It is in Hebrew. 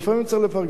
לפעמים צריך לפרגן.